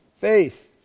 Faith